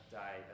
day